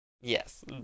Yes